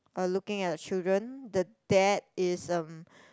um looking at the children the dad is um